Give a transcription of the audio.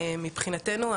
מבחינתנו,